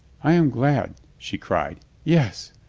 i am glad! she cried. yes.